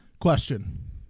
Question